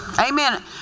Amen